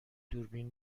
دوربین